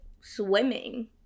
swimming